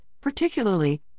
particularly